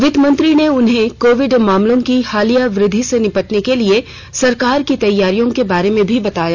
वित्त मंत्री ने उन्हें कोविड मामलों की हालिया वृद्धि से निपटने के लिए सरकार की तैयारियों के बारे में भी बताया